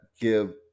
Give